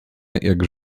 jak